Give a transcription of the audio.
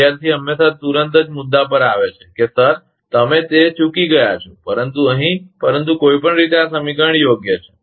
વિદ્યાર્થી હંમેશા તુરંત જ મુદ્દા પર લાવે છે કે સર તે તમે ચૂકી ગયા છો પરંતુ અહીં પરંતુ કોઈપણ રીતે આ સમીકરણ યોગ્ય છે